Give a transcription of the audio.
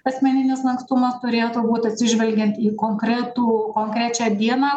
asmeninis lankstumas turėtų būt atsižvelgiant į konkretų konkrečią dieną